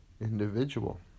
individual